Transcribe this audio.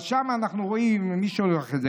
אבל שם אנחנו רואים, ומי שולח את זה?